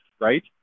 right